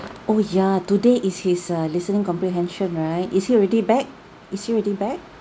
oh ya today is his uh listening comprehension right is he already back is he already back